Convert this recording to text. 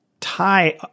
tie